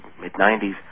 mid-90s